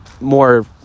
more